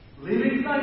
Living